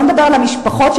שלא לדבר על המשפחות,